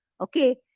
okay